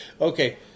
Okay